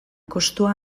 kostua